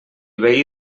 veí